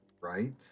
right